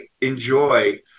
enjoy